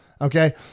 Okay